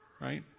right